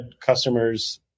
customers